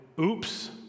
oops